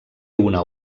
una